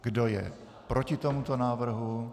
Kdo je proti tomuto návrhu?